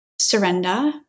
surrender